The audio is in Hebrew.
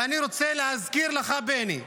ואני רוצה להזכיר לך, בני,